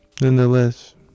nonetheless